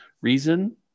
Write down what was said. reason